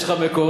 יש לך מקורות,